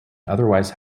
otherwise